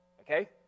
Okay